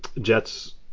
Jets